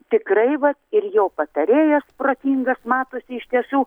tikrai va ir jo patarėjas protingas matosi iš tiesų